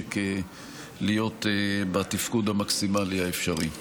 למשק להיות בתפקוד המקסימלי האפשרי.